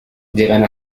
llegan